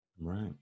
Right